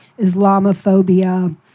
Islamophobia